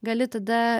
gali tada